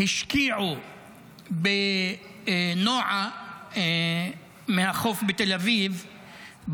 שהשקיעו בנועה מהחוף בתל אביב,